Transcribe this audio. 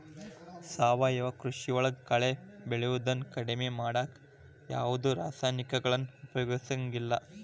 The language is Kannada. ಸಾವಯವ ಕೃಷಿಯೊಳಗ ಕಳೆ ಬೆಳಿಯೋದನ್ನ ಕಡಿಮಿ ಮಾಡಾಕ ಯಾವದ್ ರಾಸಾಯನಿಕಗಳನ್ನ ಉಪಯೋಗಸಂಗಿಲ್ಲ